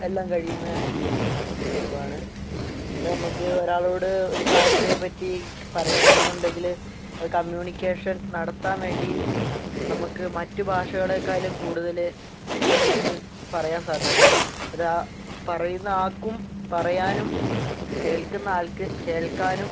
എല്ലാം കഴിയുന്ന സംഭവമാണ് പിന്നെ നമുക്ക് ഒരാളോട് ഒര് കാര്യത്തേപ്പറ്റി പറയണം എന്നുണ്ടെങ്കിൽ അത് കമ്മ്യൂണിക്കേഷൻ നടത്താൻ വേണ്ടി നമുക്ക് മറ്റ് ഭാഷകളെക്കാലും കൂടുതൽ നമുക്ക് പറയാൻ സാധിക്കും അതാ പറയുന്ന ആൾക്ക് പറയാനും കേൾക്കുന്ന ആൾക്ക് കേൾക്കാനും